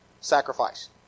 sacrifice